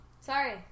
Sorry